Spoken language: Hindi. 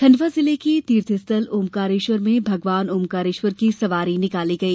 खण्डवा जिले के तीर्थ स्थल ओंकारेश्वर में भगवान ओंकारेश्वर की सवारी निकाली गई